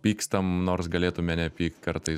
pykstam nors galėtume nepykt kartais